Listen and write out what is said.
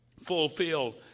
fulfilled